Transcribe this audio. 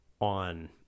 on